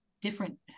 different